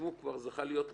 אם הוא כבר זכה להיות רשם,